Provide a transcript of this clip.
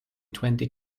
twenty